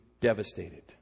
devastated